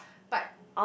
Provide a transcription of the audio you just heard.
but